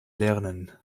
lernen